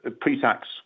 pre-tax